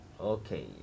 Okay